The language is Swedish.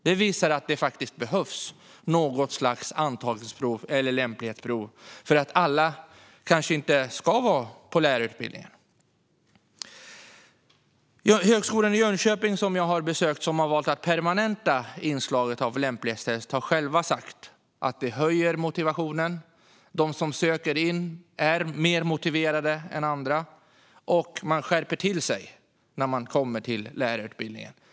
Det visar att det faktiskt behövs något slags antagningsprov eller lämplighetsprov. Alla kanske inte ska gå lärarutbildningen. Jag har besökt högskolan i Jönköping, och man har där valt att permanenta inslaget av lämplighetstest. Man har själv sagt att det höjer motivationen. De som söker in är mer motiverade än andra, och de skärper till sig när de kommer till lärarutbildningen.